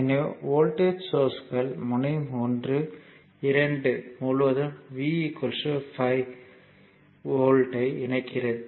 எனவே வோல்ட்டேஜ் சோர்ஸ்கள் முனையம் 1 2 முழுவதும் V 5 வோல்ட்டை இணைக்கிறது